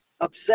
upset